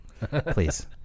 please